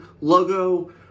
logo